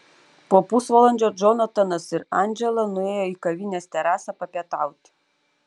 po pusvalandžio džonatanas ir andžela nuėjo į kavinės terasą papietauti